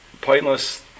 Pointless